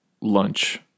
lunch